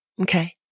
Okay